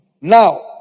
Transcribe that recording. Now